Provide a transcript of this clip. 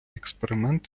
експеримент